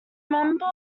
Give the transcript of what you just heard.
member